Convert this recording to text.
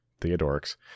Theodoric's